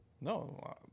No